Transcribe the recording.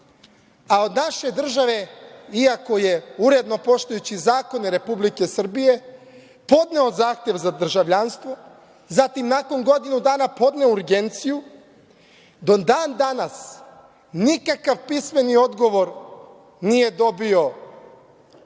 a od naše države, iako je uredno poštujući zakone Republike Srbije podneo zahtev za državljanstvo, zatim nakon godinu dana podneo urgenciju, do dan danas nikakav pismeni odgovor nije dobio od